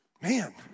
Man